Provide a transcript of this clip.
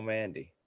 Mandy